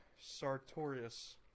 Sartorius